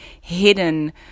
hidden